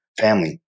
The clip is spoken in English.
family